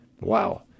Wow